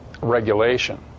regulation